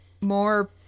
more